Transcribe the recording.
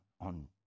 on